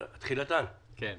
את הגבולות במדינת ישראל